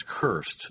cursed